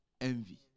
envy